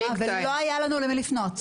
ולא היה לנו למי לפנות.